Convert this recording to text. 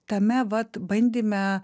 tame vat bandyme